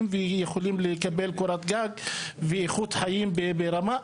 שיכולים לקבל קורת גג ואיכות חיים ברמה.